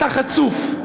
אתה חצוף.